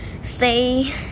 say